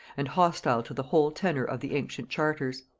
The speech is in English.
and hostile to the whole tenor of the ancient charters.